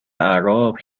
اعراب